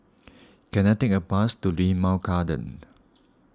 can I take a bus to Limau Garden